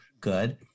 good